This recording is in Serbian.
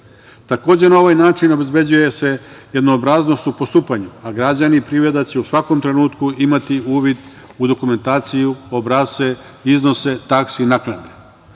Takođe, na ovaj način obezbeđuje se jednoobraznost u postupanju, a građani i privreda će u svakom trenutku imati uvid u dokumentaciju, obrasce, iznose taksi i